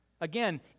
Again